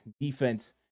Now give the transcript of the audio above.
defense